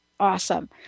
Awesome